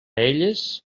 elles